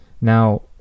now